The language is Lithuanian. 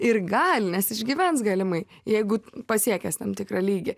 ir gali nes išgyvens galimai jeigu pasiekęs tam tikrą lygį